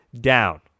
down